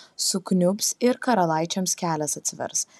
sukniubs ir karalaičiams kelias atsivers